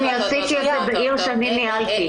אני עשיתי את זה בעיר שאני ניהלתי.